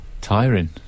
Tiring